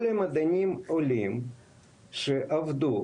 כל המדענים העולים שעבדו